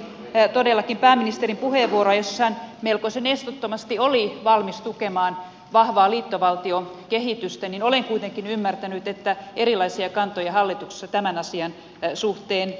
kuuntelin todellakin pääministerin puheenvuoroa jossa hän melkoisen estottomasti oli valmis tukemaan vahvaa liittovaltiokehitystä ja olen kuitenkin ymmärtänyt että hallituksessa on erilaisia kantoja tämän asian suhteen